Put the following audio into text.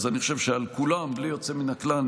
אז אני חושב שעל כולם בלי יוצא מן הכלל,